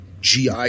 gi